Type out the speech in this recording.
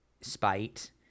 spite